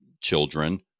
children